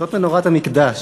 זאת מנורת המקדש.